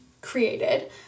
created